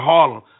Harlem